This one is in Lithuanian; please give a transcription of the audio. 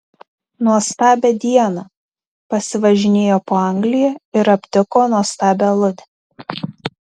nuostabią dieną pasivažinėjo po angliją ir aptiko nuostabią aludę